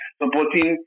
supporting